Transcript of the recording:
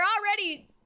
already